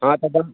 हँ तऽ